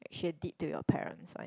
she did to your parents like